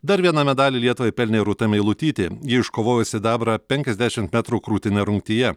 dar vieną medalį lietuvai pelnė rūta meilutytė ji iškovojo sidabrą penkiasdešim metrų krūtine rungtyje